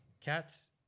cats